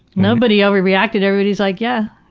nobody overreacted. everybody's like, yeah,